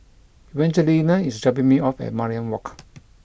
Evangelina is dropping me off at Mariam Walk